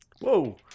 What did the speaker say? whoa